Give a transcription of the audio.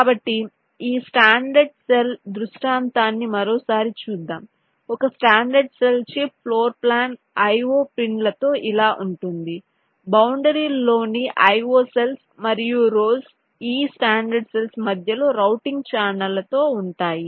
కాబట్టి ఈ standard cell దృష్టాంతాన్ని మరోసారి చూద్దాం ఒక standard cell chip floor plan IO పిన్లతో ఇలా ఉంటుంది బౌండరీ ల్లోని IO సెల్స్ మరియు రోస్ ఈ స్టాండర్డ్ సెల్స్ మధ్యలో రౌటింగ్ ఛానెల్లతో ఉంటాయి